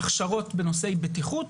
הכשרות בנושאי בטיחות